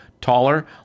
taller